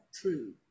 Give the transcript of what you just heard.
true